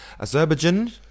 Azerbaijan